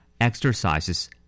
Exercises